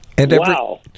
Wow